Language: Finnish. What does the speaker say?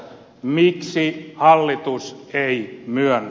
miksi hallitus ei myönnä